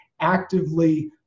actively